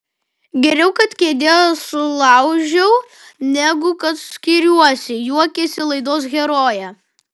geriau kad kėdę sulaužiau negu kad skiriuosi juokėsi laidos herojė